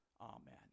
Amen